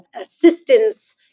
assistance